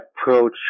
approach